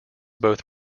both